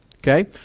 Okay